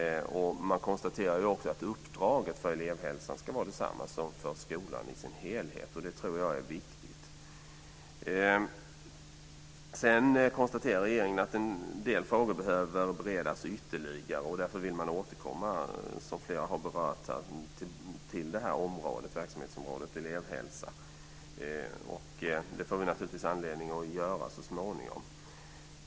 Man konstaterar också att uppdraget för elevhälsan ska vara detsamma som för skolan i dess helhet. Det tror jag är viktigt. Regeringen konstaterar att en del frågor behöver beredas ytterligare. Därför vill man återkomma, vilket flera har berört här, till verksamhetsområdet elevhälsa. Och det får vi naturligtvis anledning att göra så småningom.